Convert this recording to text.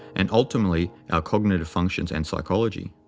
and ultimately our cognitive functions and psychology.